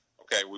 okay